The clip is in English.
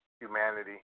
humanity